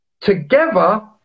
Together